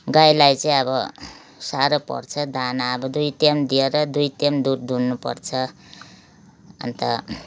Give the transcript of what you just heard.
गाईलाई चाहिँ अब साह्रो पर्छ दाना अब दुई टाइम दिएर दुई टाइम दुध दुहुनुपर्छ अन्त